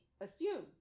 assume